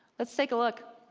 let's take a look.